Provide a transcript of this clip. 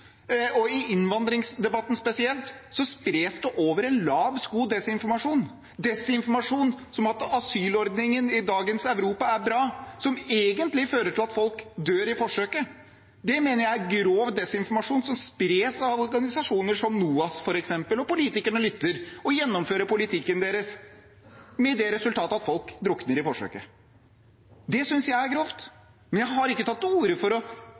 I innvandringsdebatten spesielt spres det desinformasjon over en lav sko – som at asylordningen i dagens Europa er bra, men egentlig fører til at folk dør i forsøket. Det mener jeg er grov desinformasjon som spres av organisasjoner som f.eks. NOAS, og politikerne lytter og gjennomfører politikken deres, med det resultatet at folk drukner i forsøket. Det synes jeg er grovt. Men jeg har ikke tatt til orde for å